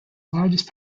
largest